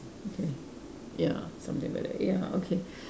okay ya something like that ya okay